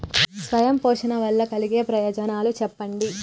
స్వయం పోషణ వల్ల కలిగే ప్రయోజనాలు చెప్పండి?